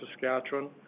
Saskatchewan